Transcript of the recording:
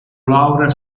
laura